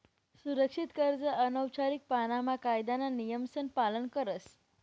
सुरक्षित कर्ज औपचारीक पाणामा कायदाना नियमसन पालन करस